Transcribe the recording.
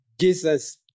Jesus